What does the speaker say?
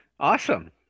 Awesome